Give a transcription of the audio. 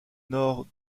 nord